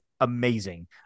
amazing